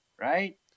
right